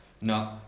No